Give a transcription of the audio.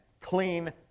clean